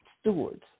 stewards